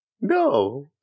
no